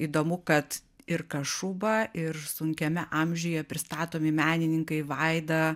įdomu kad ir kašuba ir sunkiame amžiuje pristatomi menininkai vaida